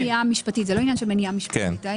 זה לא עניין של מניעה משפטית.